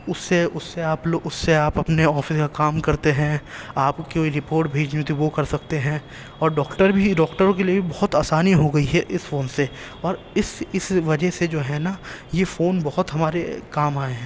اس سے اس سے آپ لوگ اس سے آپ اپنے آفس کا کام کرتے ہیں آپ کوئی رپورٹ بھیجنی ہوتی ہے وہ کر سکتے ہیں اور ڈاکٹر بھی ڈاکٹروں کے لیے بھی بہت آسانی ہو گئی ہے اس فون سے اور اس اس وجہ سے جو ہے نا یہ فون بہت ہمارے کام آئے ہیں